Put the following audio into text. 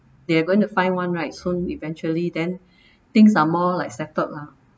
they are going to find one right soon eventually then things are more like settled lah